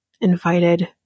invited